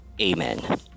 Amen